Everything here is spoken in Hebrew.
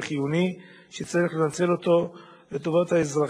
הם מגיעים בתוך שתיים-שלוש דקות בממוצע